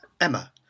Emma